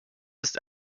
ist